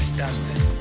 dancing